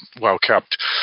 well-kept